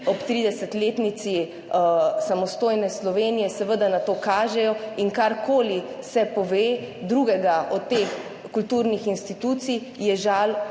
ob 30-letnici samostojne Slovenije, seveda na to kažejo. In karkoli se pove drugega o teh kulturnih institucij, je žal